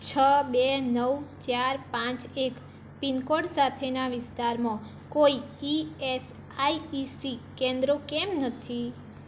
છ બે નવ ચાર પાંચ એક પિનકોડ સાથેના વિસ્તારમાં કોઈ E S I E C કેન્દ્રો કેમ નથી